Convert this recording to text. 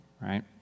right